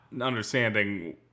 understanding